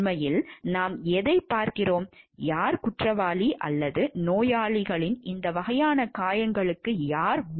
உண்மையில் நாம் எதைப் பார்க்கிறோம் யார் குற்றவாளி அல்லது நோயாளியின் இந்த வகையான காயங்களுக்கு யார் முழுப் பொறுப்பாக இருக்க முடியாது